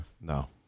No